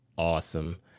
awesome